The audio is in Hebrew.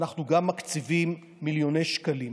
אנחנו מקציבים מיליוני שקלים.